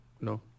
no